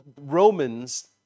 Romans